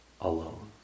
Alone